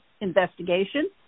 investigation